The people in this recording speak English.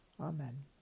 Amen